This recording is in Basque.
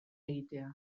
egitea